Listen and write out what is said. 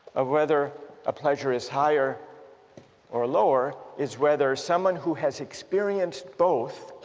of whether a pleasure is higher or lower is whether someone who has experienced both